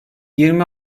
yirmi